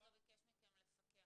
אף אחד לא ביקש מכם לפקח.